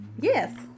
yes